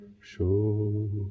show